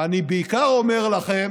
ואני בעיקר אומר לכם